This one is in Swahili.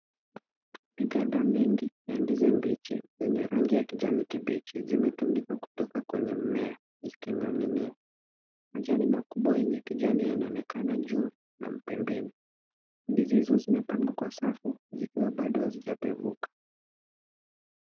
Miganda mingi ya ndizi mbichi zenye rangi ya kijani kibichi, zimetundikwa kutoka kwenye mmea zikining'inia. Majani makubwa yenye kijani yanaonekana juu na pembeni. Ndizi hizo zimepangwa kwa safu zikiwa bado hazijapevuka.